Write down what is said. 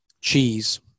cheese